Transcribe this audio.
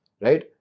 right